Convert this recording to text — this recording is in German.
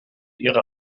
ihre